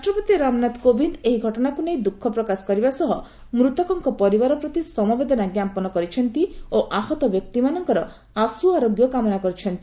ରାଷ୍ଟ୍ରପତି ରାମନାଥ କୋବିନ୍ଦ ଏହି ଘଟଣାକୁ ନେଇ ଦ୍ରୁଃଖ ପ୍ରକାଶ କରିବା ସହିତ ମୃତକଙ୍କ ପରିବାର ପ୍ରତି ସମବେଦନା ଜ୍ଞାପନ କରିଛନ୍ତି ଓ ଆହତ ବ୍ୟକ୍ତିମାନଙ୍କ ଆଶୁ ଆରୋଗ୍ୟ କାମନା କରିଛନ୍ତି